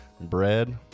bread